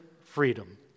freedom